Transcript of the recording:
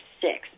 six